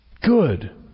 Good